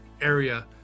area